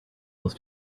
was